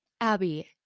Abby